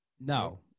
No